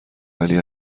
ولی